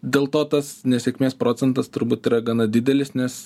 dėl to tas nesėkmės procentas turbūt yra gana didelis nes